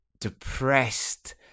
depressed